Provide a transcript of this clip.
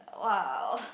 !wow!